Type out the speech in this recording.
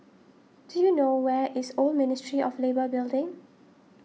do you know where is Old Ministry of Labour Building